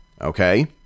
okay